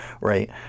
right